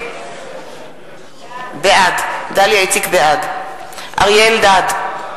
בעד אריה אלדד,